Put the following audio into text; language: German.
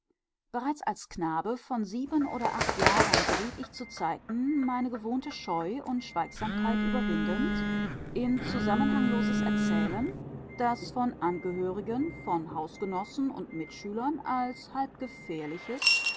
bereits als knabe von sieben oder acht jahren geriet ich zuzeiten meine gewohnte scheu und schweigsamkeit überwindend in zusammenhangloses erzählen das von angehörigen von hausgenossen und mitschülern als halb gefährliches